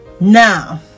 Now